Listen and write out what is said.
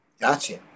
Gotcha